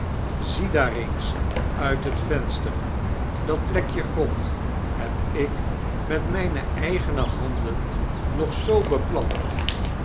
zie daar eens uit het venster dat plekje grond heb ik met mijne eigene handen nog zoo beplant